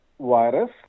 virus